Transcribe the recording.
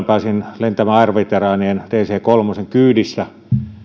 pääsin lentämään airveteranin dc kolmen kyydissä